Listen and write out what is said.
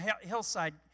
hillside